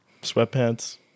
Sweatpants